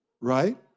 Right